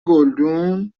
گلدون